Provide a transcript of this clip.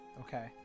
Okay